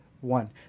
one